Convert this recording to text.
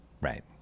Right